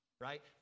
right